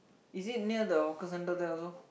is it near the hawker centre there also